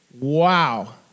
Wow